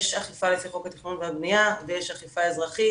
יש אכיפה לפי חוק התכנון והבניה ויש אכיפה אזרחית.